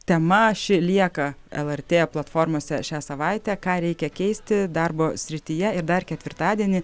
tema ši lieka lrt platformose šią savaitę ką reikia keisti darbo srityje ir dar ketvirtadienį